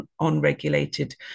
unregulated